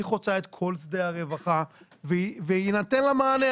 היא חוצה את כל שדה הרווחה ויינתן לה מענה,